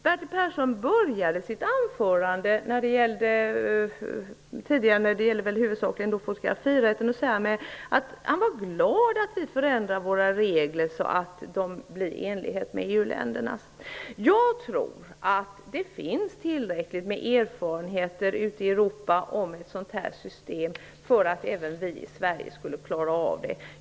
Bertil Persson började sitt tidigare anförande, som huvudsakligen gällde fotografirätten, med att säga att han var glad över att vi förändrar våra regler så att de överensstämmer med EU-ländernas. Jag tror att det finns tillräckligt med erfarenheter ute i Europa av ett sådant här system för att även vi i Sverige skulle kunna klara det.